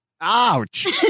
Ouch